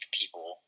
people